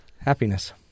Happiness